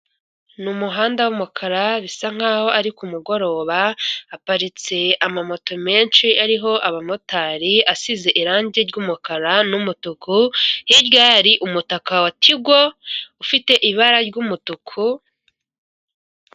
Ni umuhanda w'umukara bisa nkaho ari ku mugoroba, haparitse amamoto menshi ariho abamotari, asize irangi ry'umukara n'umutuku hirya ye hari umutaka wa tigo, ufite ibara ry'umutuku.